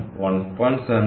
1